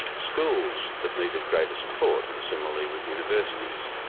schools that needed greater support, and similarly with universities,